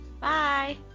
Bye